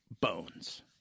bones